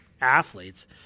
athletes